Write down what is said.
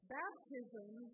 baptism